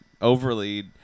overly